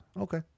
Okay